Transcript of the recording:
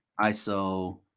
ISO